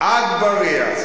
אגבאריה.